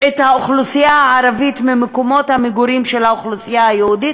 את האוכלוסייה הערבית ממקומות המגורים של האוכלוסייה היהודית